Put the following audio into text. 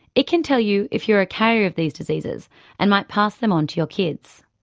it can tell you if you are a carrier of these diseases and might pass them on to your kids.